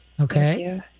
Okay